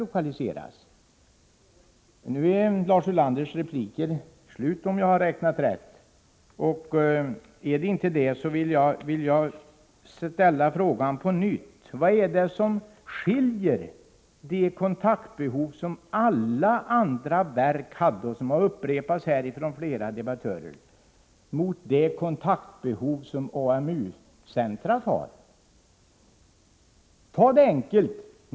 Om jag har räknat rätt, så är Lars Ulanders replikrätt nu förbrukad, men om så inte är fallet, vill jag ställa frågan på nytt: Vad är det som skiljer de kontaktbehov som alla andra verk hade — något som har upprepats här från flera debattörer — mot det kontaktbehov som den centrala AMU-myndigheten har? Ta det enkelt.